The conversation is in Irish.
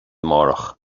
amárach